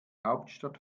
hauptstadt